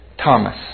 Thomas